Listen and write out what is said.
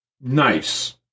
nice